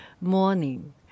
morning